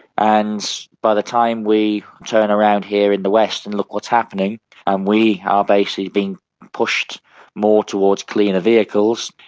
and by the time we turn around here in the west and look what's happening and we are basically being pushed more towards cleaner vehicles,